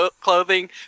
clothing